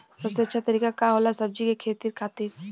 सबसे अच्छा तरीका का होला सब्जी के खेती खातिर?